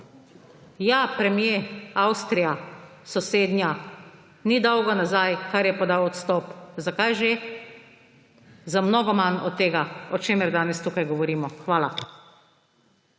Ja, premier, sosednja Avstrija, ni dolgo nazaj, kar je podal odstop. Zakaj že? Za mnogo manj od tega, o čemer danes tukaj govorimo. Hvala.